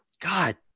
god